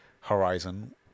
Horizon